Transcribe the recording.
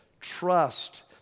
trust